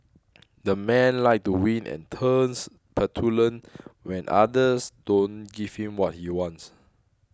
that man likes to win and turns petulant when others don't give him what he wants